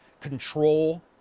control